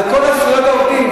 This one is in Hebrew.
על כל זכויות העובדים.